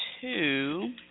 two